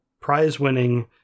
prize-winning